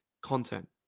content